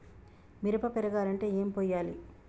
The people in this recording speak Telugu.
మిరప పెరగాలంటే ఏం పోయాలి?